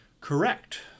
Correct